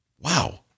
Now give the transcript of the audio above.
Wow